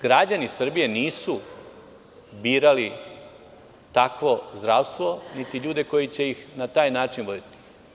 Građani Srbije nisu birali takvo zdravstvo, niti ljude koji će ih na taj način lečiti.